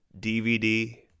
DVD